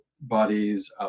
bodies